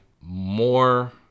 more